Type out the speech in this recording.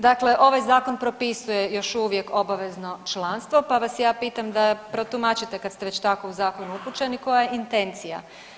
Dakle, ovaj Zakon propisuje još uvijek obavezno članstvo, pa vas ja pitam da protumačite kada ste već tako u zakon upućeni koja je intencija?